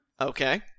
Okay